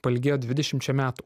pailgėjo dvidešimčia metų